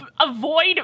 avoid